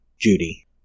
Judy